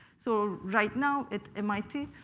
so right now at mit,